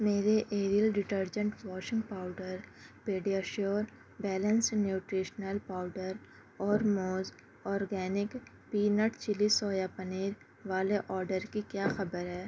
میرے Ariel detergent washing powder PediaSure balanced nutritional powder اور موز organic peanut chilli soya paneer والے order کی کیا خبر ہے